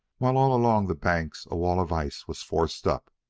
while all along the banks a wall of ice was forced up.